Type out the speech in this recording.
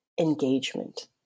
engagement